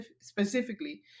specifically